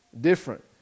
different